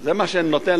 זה מה שאני נותן